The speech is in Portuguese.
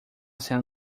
cena